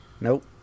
Nope